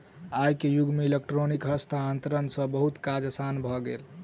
आई के युग में इलेक्ट्रॉनिक हस्तांतरण सॅ बहुत काज आसान भ गेल अछि